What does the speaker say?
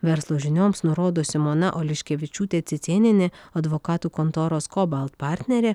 verslo žinioms nurodo simona oliškevičiūtė cicėnienė advokatų kontoros kobalt partnerė